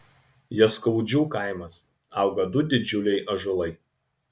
jaskaudžių kaimas auga du didžiuliai ąžuolai